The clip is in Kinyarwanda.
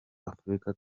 afurika